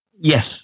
Yes